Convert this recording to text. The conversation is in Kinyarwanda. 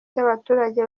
cy’abaturage